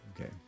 Okay